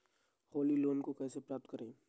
Holi loan को कैसे प्राप्त करें?